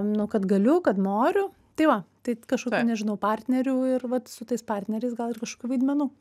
nu kad galiu kad noriu tai va tai kažkokių nežinau partnerių ir vat su tais partneriais gal ir kažkokių vaidmenų